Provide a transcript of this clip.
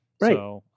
Right